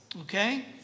okay